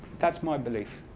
that's my belief.